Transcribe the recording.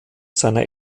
seiner